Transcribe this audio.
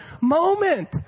moment